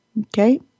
okay